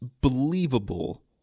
believable